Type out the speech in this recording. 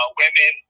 women